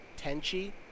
tenchi